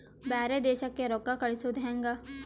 ಬ್ಯಾರೆ ದೇಶಕ್ಕೆ ರೊಕ್ಕ ಕಳಿಸುವುದು ಹ್ಯಾಂಗ?